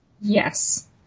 Yes